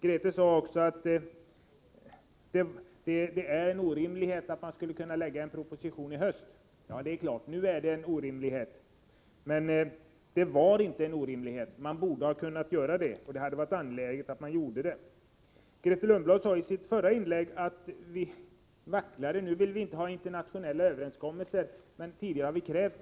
Grethe Lundblad sade också att det var ett orimligt krav på regeringen att den skulle lägga fram en proposition redan i höst. Ja, nu är det en orimlighet, men det var det inte tidigare. Man borde ha kunnat lägga fram en sådan, därför att det var angeläget. I sitt förra inlägg sade Grethe Lundblad att vi vacklade och inte ville få till stånd internationella överenskommelser, vilket vi tidigare hade krävt.